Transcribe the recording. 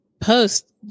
post